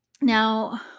Now